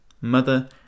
mother